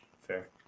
Fair